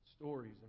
stories